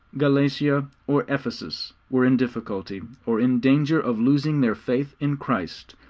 galatia, or ephesus, were in difficulty, or in danger of losing their faith in christ,